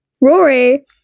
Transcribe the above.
Rory